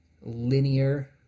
linear